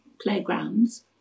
playgrounds